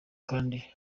kandi